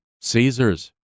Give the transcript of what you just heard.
Caesar's